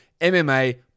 MMA